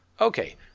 Okay